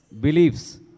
Beliefs